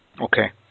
Okay